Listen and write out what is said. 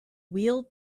wheeled